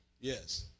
yes